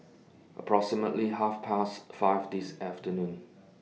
approximately Half Past five This afternoon